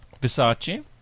Versace